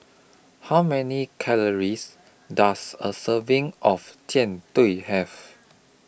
How Many Calories Does A Serving of Jian Dui Have